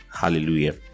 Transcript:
Hallelujah